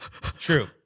True